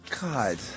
God